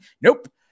Nope